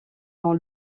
dans